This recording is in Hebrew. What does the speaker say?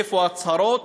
איפה ההצהרות?